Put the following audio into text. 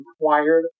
required